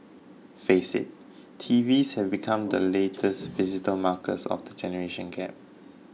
face it T Vs have become the latest visible markers of the generation gap